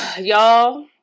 Y'all